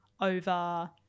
over